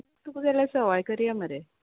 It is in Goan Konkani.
तुका जाल्या सवाय करया मरे